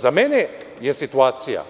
Za mene je situacija